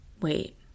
wait